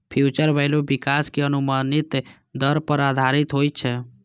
future value विकास के अनुमानित दर पर आधारित होइ छै